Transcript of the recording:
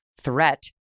threat